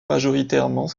majoritairement